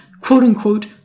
quote-unquote